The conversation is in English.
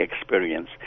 experience